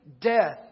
death